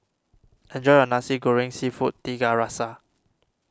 enjoy your Nasi Goreng Seafood Tiga Rasa